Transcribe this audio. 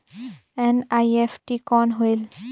NEFT कौन होएल?